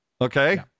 Okay